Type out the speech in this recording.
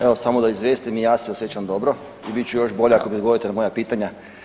Evo samo da izvijestim, i ja se osjećam dobro i bit ću još bolje ako mi odgovorite na moja pitanja.